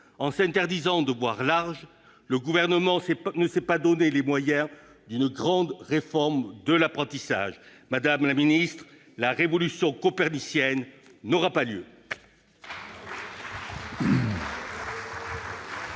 En s'interdisant de voir large, le Gouvernement ne s'est pas donné les moyens d'une grande réforme de l'apprentissage. Madame la ministre, la révolution copernicienne n'aura pas lieu. L'amendement